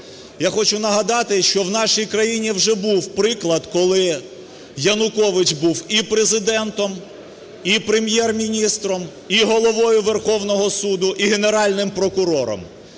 я хочу нагадати, що у нашій країні вже був приклад, коли Янукович був і Президентом, і Прем'єр-міністром, і Головою Верховного Суду, і Генеральним прокурором.